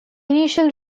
initial